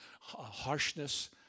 harshness